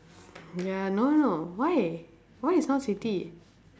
ya no no no why why is O_C_D